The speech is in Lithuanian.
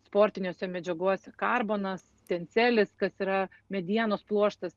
sportinėse medžiagose karbonas tencelis kas yra medienos pluoštas